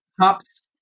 cops